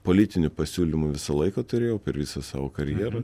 politinių pasiūlymų visą laiką turėjau per visą savo karjerą